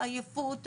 העייפות,